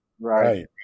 Right